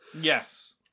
Yes